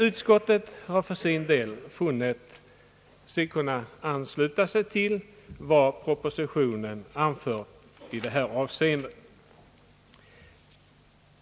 Utskottet har för sin del funnit sig kunna ansluta sig till vad propositionen anfört i detta avseende.